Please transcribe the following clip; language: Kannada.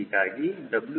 ಹೀಗಾಗಿ WSstall121